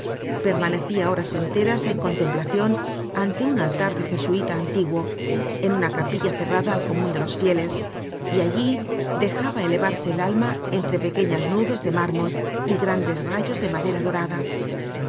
corazon permanecia horas enteras en contemplacion ante un altar de jesuita antiguo en una capilla cerrada al comun de los fieles y allí dejaba elevarse al alma entre pequeñas nubes de mármol y grandes rayos de madera dorada